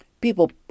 People